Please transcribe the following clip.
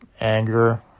anger